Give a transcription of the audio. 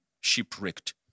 shipwrecked